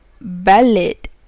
valid